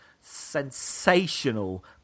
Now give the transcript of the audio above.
sensational